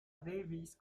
davis